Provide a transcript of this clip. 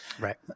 Right